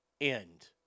end